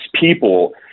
people